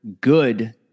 good